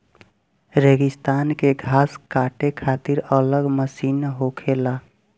रेगिस्तान मे घास काटे खातिर अलग मशीन होखेला